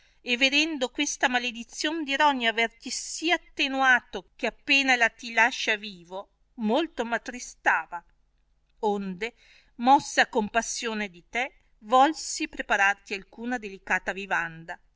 e vedendo questa maledizzion di rogna averti sì attenuato che appena la ti lascia vivo molto m atttristava onde mossa a compassione di te volsi prepararti alcuna delicata vivanda